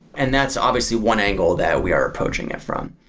and that's obviously one angle that we are approaching it from.